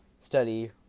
study